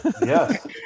Yes